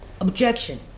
Objection